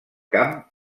camp